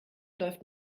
läuft